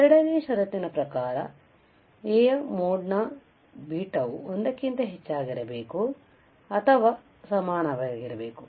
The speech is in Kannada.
ಎರಡನೆಯ ಷರತ್ತಿನ ಪ್ರಕಾರ A ಯ ಮೋಡ್ ನ ಬೀಟಾವು 1 ಕ್ಕಿಂತ ಹೆಚ್ಚಾಗಿರಬೇಕು ಅಥವಾ ಸಮನಾಗಿರಬೇಕು